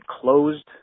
closed